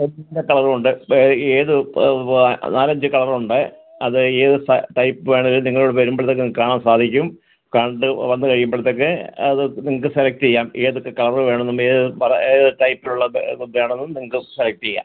എല്ലാ കളറും ഉണ്ട് ഏത് നാലഞ്ച് കളറുണ്ട് അത് ഏത് സ ടൈപ്പ് വേണേലും നിങ്ങളിവിടെ വരുമ്പളത്തേക്ക് നിങ്ങൾക്ക് കാണാൻ സാധിക്കും കണ്ട് വന്ന് കഴിയുമ്പൾത്തേക്ക് അത് നിങ്ങൾക്ക് സെലക്ട് ചെയ്യാം ഏതൊക്കെ കളറ് വേണോന്നും ഏത് പറ ഏത് ടൈപ്പിലുള്ളത് ബേണോന്നും നിങ്ങൾക്ക് സെലക്ട് ചെയ്യാം